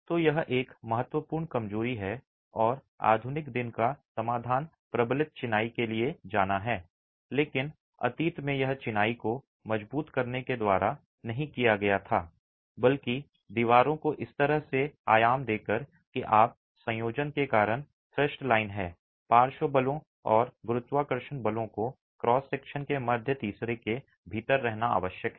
तो यह एक महत्वपूर्ण कमजोरी है और आधुनिक दिन का समाधान प्रबलित चिनाई के लिए जाना है लेकिन अतीत में यह चिनाई को मजबूत करने के द्वारा नहीं किया गया था बल्कि दीवारों को इस तरह से आयाम देकर कि आप संयोजन के कारण थ्रस्ट लाइन है पार्श्व बलों और गुरुत्वाकर्षण बलों को क्रॉस सेक्शन के मध्य तीसरे के भीतर रहना आवश्यक है